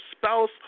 spouse